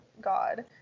God